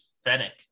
Fennec